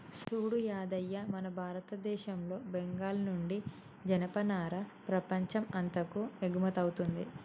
సూడు యాదయ్య మన భారతదేశంలో బెంగాల్ నుండి జనపనార ప్రపంచం అంతాకు ఎగుమతౌతుంది